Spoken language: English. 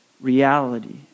reality